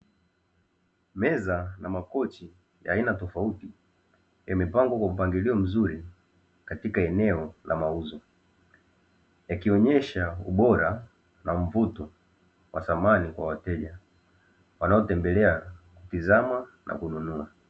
Meza na makochi haina tofauti yamepangwa kwa mpangilio mzuri katika eneo la mauzo, yakionyesha ubora na mvuto wa thamani kwa wateja wanaotembelea kutizama na kununua.